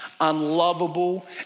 unlovable